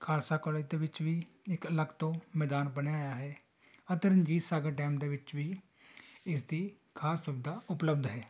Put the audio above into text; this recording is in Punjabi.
ਖਾਲਸਾ ਕੋਲੇਜ ਦੇ ਵਿੱਚ ਵੀ ਇੱਕ ਅਲੱਗ ਤੋਂ ਮੈਦਾਨ ਬਣਿਆ ਹੋਇਆ ਹੈ ਅਤੇ ਰਣਜੀਤ ਸਾਗਰ ਡੈਮ ਦੇ ਵਿੱਚ ਵੀ ਇਸਦੀ ਖਾਸ ਸੁਵਿਧਾ ਉਪਲਬਧ ਹੈ